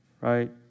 right